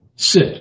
sit